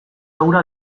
hura